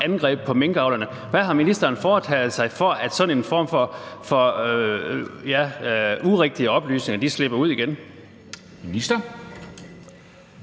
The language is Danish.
angreb på minkavlerne. Hvad har ministeren foretaget sig, for at sådan en form for urigtige oplysninger ikke slipper ud igen?